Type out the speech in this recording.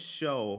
show